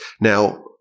Now